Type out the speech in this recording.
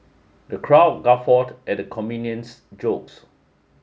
the crowd guffawed at the comedian's jokes